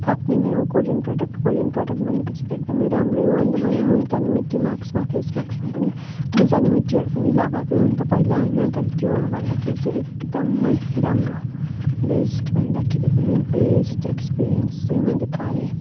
फाप्ने नै हो Korean product Korean product भने पछि त एकदम राम्रो हो मैले अनि मुल्तानी मिट्टी मास्कमा फेस मास्कमा पनि मुल्तानी मिट्टीहरू पनि लगाएको हो नि त पहिला होइन तर त्योहरू भन्दाखेरि चाहिँ एकदम राम्रो बेस्ट भन्दाखेरि पनि बेस्ट एक्स्पिरियन्स चाहिँ मैले पाएँ